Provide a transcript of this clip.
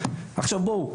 עכשיו בואו,